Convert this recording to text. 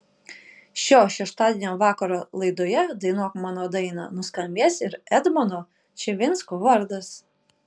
šio šeštadienio vakaro laidoje dainuok mano dainą nuskambės ir edmondo čivinsko vardas